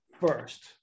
first